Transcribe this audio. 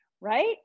right